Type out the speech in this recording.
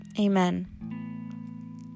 Amen